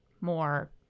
more